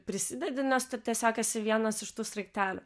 prisidedi nes tu tiesiog esi vienas iš tų sraigtelių